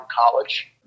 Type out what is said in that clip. college